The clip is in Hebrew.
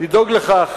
לדאוג לכך